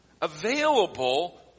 available